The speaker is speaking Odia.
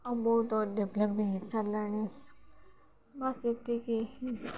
ଆଉ ବହୁତ ଡେଭଲପ୍ ବି ହେଇସାରିଲାଣି ବାସ ଯେତିକି